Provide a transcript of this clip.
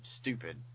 stupid